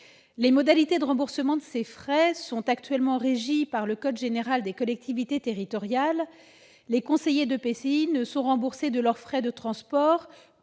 Les modalités de remboursement de ces frais sont actuellement régies par le code général des collectivités territoriales, le CGCT. Les conseillers d'EPCI ne sont remboursés de leurs frais de transport